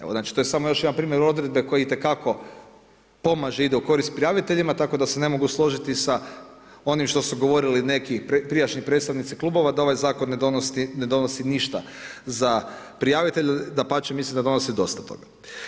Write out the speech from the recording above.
Evo znači to je samo još jedan primjer odredbe koji itekako pomaže i ide u korist prijaviteljima tako da se ne mogu složiti sa onim što su govorili neki prijašnji predstavnici klubova da ovaj zakon ne donosi ništa za prijavitelje, dapače mislim da donosi dosta toga.